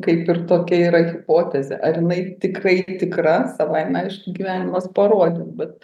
kaip ir tokia yra hipotezė ar jinai tikrai tikra savaime aišku gyvenimas parodys bet